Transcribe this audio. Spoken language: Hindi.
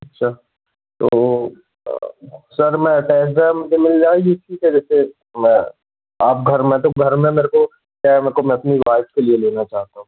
अच्छा तो सर मैं टेस्ट ड्राइव मुझे मिल जाएगी ठीक है जैसे मैं आप घर में हैं तो घर में मेरे को क्या है मेरे को अपनी वाइफ के लिए लेना चाहता हूँ